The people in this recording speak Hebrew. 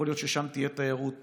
ויכול להיות ששם תהיה תיירות פנים,